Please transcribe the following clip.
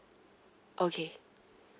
okay